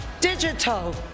digital